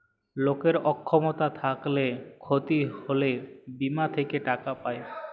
লকের অক্ষমতা থ্যাইকলে ক্ষতি হ্যইলে বীমা থ্যাইকে টাকা পায়